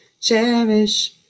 Cherish